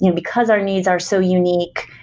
you know because our needs are so unique,